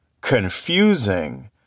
confusing